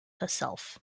herself